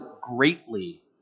greatly